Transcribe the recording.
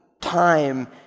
time